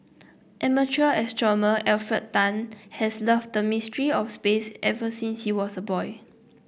amateur astronomer Alfred Tan has loved the mysteries of space ever since he was a boy